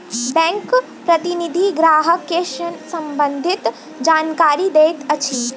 bank प्रतिनिधि ग्राहक के ऋण सम्बंधित जानकारी दैत अछि